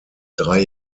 drei